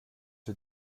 für